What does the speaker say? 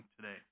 today